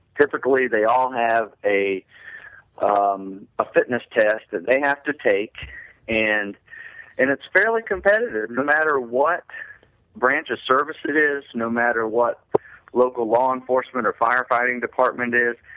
typically, they all have a um a fitness test that they have to take and and it's fairly competitive no matter what branch or service it is, no matter what local law enforcement or fire fighting department is.